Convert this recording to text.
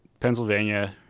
Pennsylvania